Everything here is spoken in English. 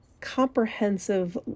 comprehensive